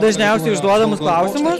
dažniausiai užduodamus klausimu